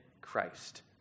Christ